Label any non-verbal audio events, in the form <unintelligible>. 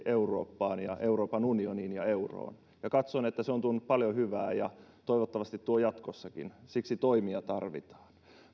<unintelligible> eurooppaan ja euroopan unioniin ja euroon ja katson että se on tuonut paljon hyvää ja toivottavasti tuo jatkossakin siksi toimia tarvitaan